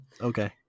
Okay